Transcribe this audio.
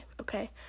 okay